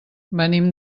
venim